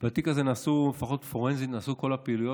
בתיק הזה, לפחות פורנזית, נעשו כל הפעילויות.